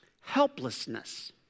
helplessness